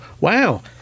wow